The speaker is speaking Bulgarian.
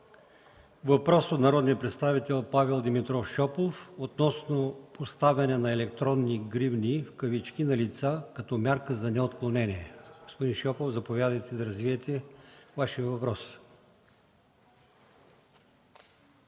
въпрос от народния представител Павел Димитров Шопов относно поставяне на „електронни гривни” на лица, като мярка за неотклонение. Господин Шопов, заповядайте, за да развиете Вашия въпрос.